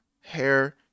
hair